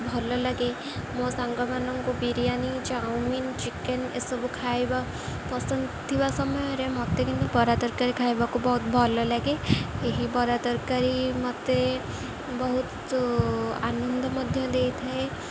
ଭଲ ଲାଗେ ମୋ ସାଙ୍ଗମାନଙ୍କୁ ବିରିୟାନୀ ଚାଉମିନ ଚିକେନ୍ ଏସବୁ ଖାଇବା ପସନ୍ଦ ଥିବା ସମୟରେ ମୋତେ କିନ୍ତୁ ବରା ତରକାରୀ ଖାଇବାକୁ ବହୁତ ଭଲ ଲାଗେ ଏହି ବରା ତରକାରୀ ମୋତେ ବହୁତ ଆନନ୍ଦ ମଧ୍ୟ ଦେଇଥାଏ